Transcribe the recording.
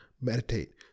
meditate